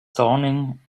dawning